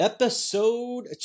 Episode